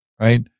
right